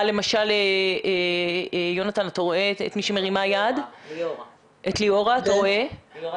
את ליאורה דיקשטיין.